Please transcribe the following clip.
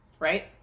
Right